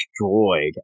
Destroyed